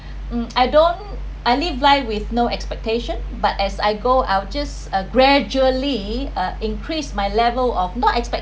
um I don't I live life with no expectation but as I go I’ll just uh gradually uh increase my level of not expectation